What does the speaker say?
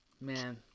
Man